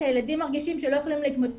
כי הילדים מרגישים שהם לא יכולים להתמודד